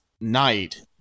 night